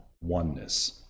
oneness